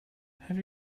have